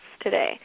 today